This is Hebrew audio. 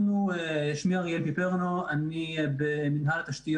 שאני שמח לומר הייתה עבודה מאומצת ומאוד מאוד מוצלחת,